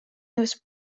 was